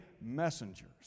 messengers